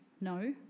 No